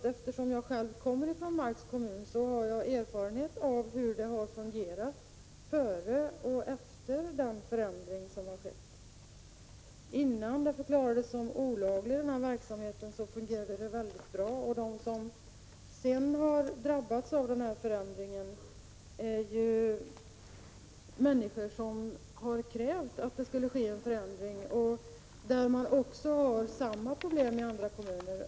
Men eftersom jag själv kommer från Marks kommun har jag erfarenhet av hur det har fungerat där före och efter den förändring som har skett. Innan denna verksamhet förklarades som olaglig fungerade det mycket bra, de som sedan har drabbats av förändringen är människor som har krävt att det skulle ske en förändring. Samma problem förekommer också i andra kommuner.